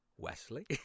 Wesley